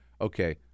Okay